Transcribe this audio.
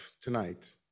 tonight